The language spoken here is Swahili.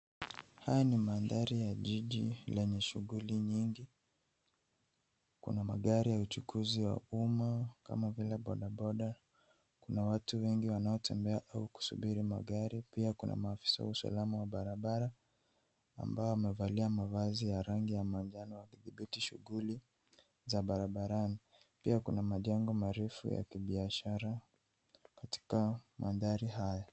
Haya ni mandhari ya jiji lenye shughuli nyingi. Kuna magari ya uchukuzi wa umma kama vile boda boda. Kuna watu wengi wanaotembea au kusubiri magari. Pia kuna maafisa wa usalama wa barabara ambao wamevalia mavazi ya rangi ya manjano wakidhibiti shughuli za barabarani. Pia kuna majengo marefu ya kibiashara katika mandhari haya.